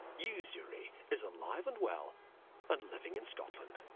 usury is alive and well and living in scotland.